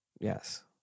Yes